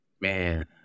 Man